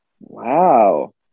wow